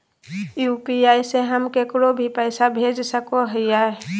UPI से हम केकरो भी पैसा भेज सको हियै?